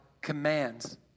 commands